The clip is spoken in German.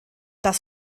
das